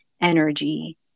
energy